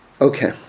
Okay